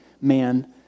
man